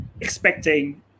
expecting